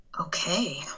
Okay